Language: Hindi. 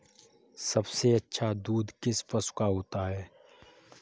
सबसे अच्छा दूध किस पशु का होता है?